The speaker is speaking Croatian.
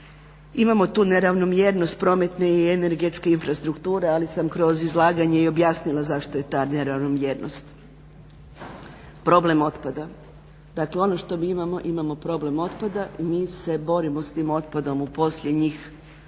Imamo tu neravnomjernost prometne i energetske infrastrukture, ali sam kroz izlaganje i objasnila zašto je ta neravnomjernost. Problem otpada, dakle ono što mi imamo, imamo problem otpada. Mi se borimo s tim otpadom u posljednjih 10-tak